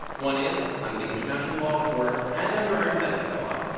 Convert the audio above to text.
one is, under the international law of war and under our domestic law,